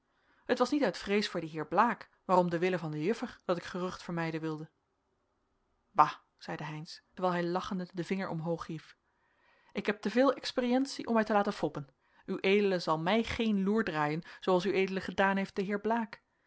het was niet uit vrees voor dien heer blaek maar om den wille van de juffer dat ik gerucht vermijden wilde bah zeide heynsz terwijl hij lachende den vinger omhooghief ik heb te veel experientie om mij te laten foppen ued zal mij geen loer draaien zooals ued gedaan heeft den heer blaek